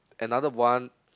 another one